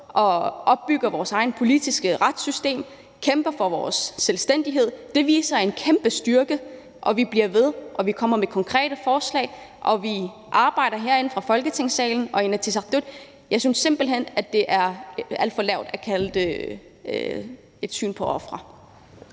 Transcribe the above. opbygger vores eget politiske retssystem og kæmper for vores selvstændighed, viser en kæmpe styrke. Vi bliver ved, vi kommer med konkrete forslag, og vi arbejder herinde i Folketinget og i Inatsisartut. Jeg synes simpelt hen, det er for mangelfuldt at kalde os for ofre.